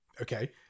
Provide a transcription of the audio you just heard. Okay